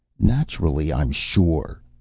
naturally i'm sure,